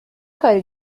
کاری